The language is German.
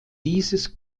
dieses